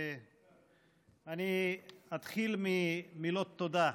אני אתחיל במילות תודה,